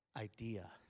idea